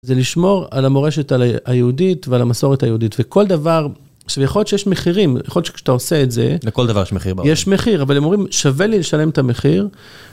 זה לשמור על המורשת היהודית ועל המסורת היהודית. וכל דבר, עכשיו יכול להיות שיש מחירים, יכול להיות שכשאתה עושה את זה, לכל דבר שמחיר באופן. יש מחיר, אבל אמורים, שווה לי לשלם את המחיר.